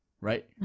right